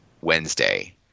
wednesday